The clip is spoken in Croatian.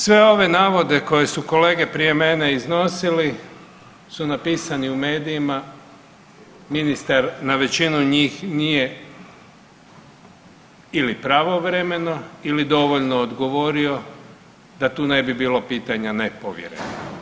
Sve ove navode koje su kolege prije mene iznosili su napisani u mediji, ministar na većinu njih nije ili pravovremeno ili dovoljno odgovorio da tu ne bi bilo pitanja nepovjerenja.